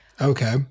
Okay